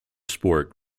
sport